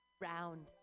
round